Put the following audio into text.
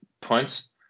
points